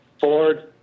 Ford